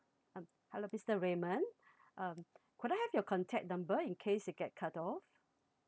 um hello mister raymond um could I have your contact number in case you get cut off